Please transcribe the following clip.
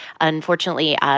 Unfortunately